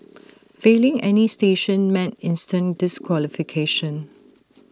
failing any station meant instant disqualification